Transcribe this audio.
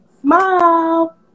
smile